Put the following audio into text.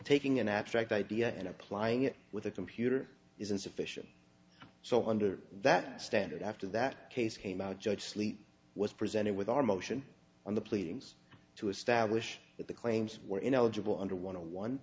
taking an abstract idea and applying it with a computer is insufficient so under that standard after that case came out judge sleet was presented with our motion on the pleadings to establish that the claims were ineligible under want to one